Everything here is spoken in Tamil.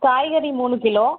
காய்கறி மூணு கிலோ